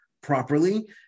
properly